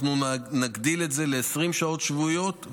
אנחנו נגדיל את זה ל-20 שעות שבועיות,